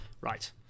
right